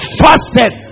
fasted